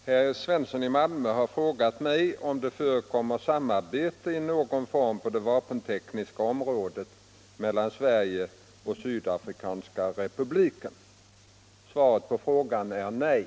Herr talman! Herr Svensson i Malmö har frågat mig om det förekommer samarbete i någon form på det vapentekniska området mellan Sverige och Sydafrikanska republiken. Svaret på frågan är nej.